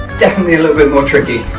definitely a little bit more tricky.